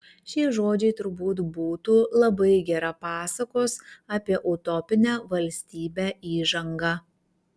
šie žodžiai turbūt būtų labai gera pasakos apie utopinę valstybę įžanga